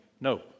No